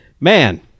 man